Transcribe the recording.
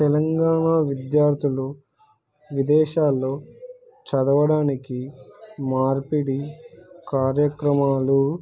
తెలంగాణ విద్యార్థులు విదేశాల్లో చదవడానికి మార్పిడి కార్యక్రమాలు